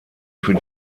für